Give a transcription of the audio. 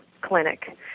Clinic